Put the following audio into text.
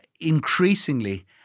increasingly